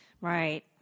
Right